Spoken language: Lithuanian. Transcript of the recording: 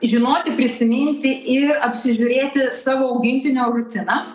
žinoti prisiminti ir apsižiūrėti savo augintinio rutiną